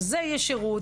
זה השירות,